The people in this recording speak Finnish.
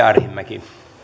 arvoisa